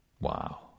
wow